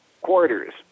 quarters